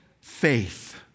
Faith